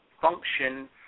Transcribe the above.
function